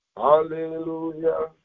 hallelujah